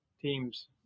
teams